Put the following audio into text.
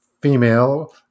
female